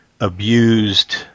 abused